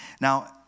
Now